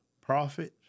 prophets